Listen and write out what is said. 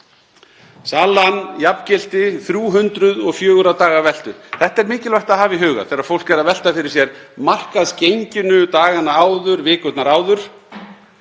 Salan jafngilti 304 daga veltu. Þetta er mikilvægt að hafa í huga þegar fólk er að velta fyrir sér markaðsgenginu dagana og vikurnar áður.